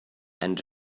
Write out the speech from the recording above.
and